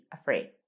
afraid